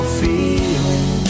feeling